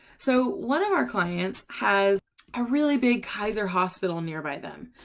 so one of our clients has a really big kaiser hospital near. by then.